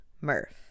Murph